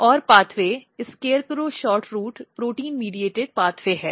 और एक pathway SCARECROW SHORTROOT protein मध्यस्थ मार्ग है